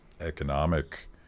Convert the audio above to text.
economic